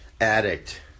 addict